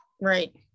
Right